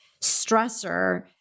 stressor